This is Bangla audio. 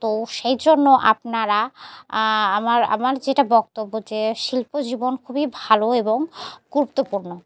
তো সেই জন্য আপনারা আমার আমার যেটা বক্তব্য যে শিল্প জীবন খুবই ভালো এবং গুরুত্বপূর্ণ